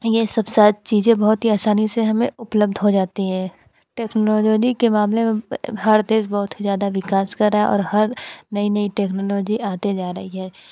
ये सब साथ चीज़ें बहुत ही आसानी से हमें उपलब्ध हो जाती है टेक्नोलॉजी के मामले में हर देश बहुत ही ज़्यादा विकास कर रहा और हर नई नई टेक्नोलॉजी आते जा रही है